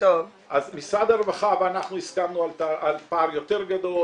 אז משרד הרווחה ואנחנו הסכמנו על פער יותר גדול,